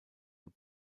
the